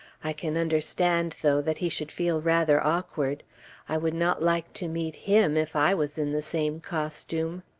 i can understand, though, that he should feel rather awkward i would not like to meet him, if i was in the same costume.